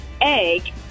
egg